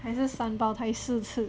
还是三胞胎四次